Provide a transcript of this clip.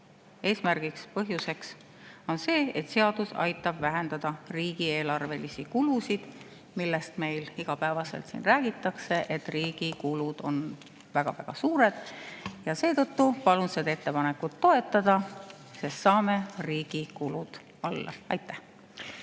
eesmärk ja põhjus, on see, et seadus aitab vähendada riigieelarvelisi kulusid. Meile igapäevaselt siin räägitakse, et riigi kulud on väga-väga suured. Seetõttu palun seda ettepanekut toetada, sest nii saame riigi kulusid [vähendada]. Aitäh!